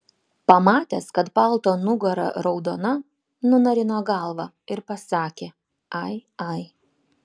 pamatęs kad palto nugara raudona nunarino galvą ir pasakė ai ai